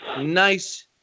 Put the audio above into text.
nice